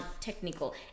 technical